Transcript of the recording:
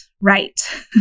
Right